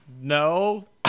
No